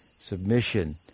submission